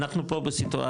אנחנו פה בסיטואציה,